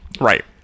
right